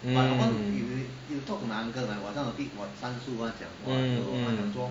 mm